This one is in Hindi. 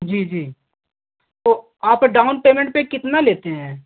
जी जी तो आप डाउन पैमेंट पर कितना लेते हैं